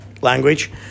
Language